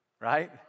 Right